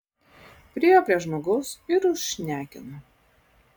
priėjo prie žmogaus ir užšnekino